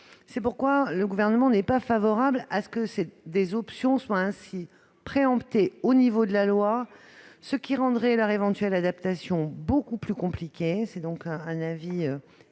C'est pourquoi le Gouvernement n'est pas favorable à ce que des options soient ainsi préemptées au niveau de la loi, ce qui rendrait leur éventuelle adaptation beaucoup plus compliquée. Nous sommes néanmoins bien